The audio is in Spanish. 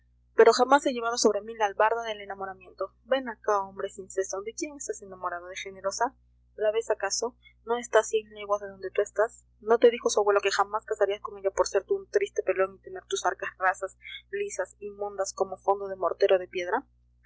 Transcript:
pero jamás he llevado sobre mí la albarda del enamoramiento ven acá hombre sin seso de quién estás enamorado de generosa la ves acaso no está a cien leguas de donde tú estás no te dijo su abuelo que jamás casarías con ella por ser tú un triste pelón y tener tus arcas rasas lisas y mondas como fondo de mortero de piedra